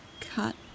cut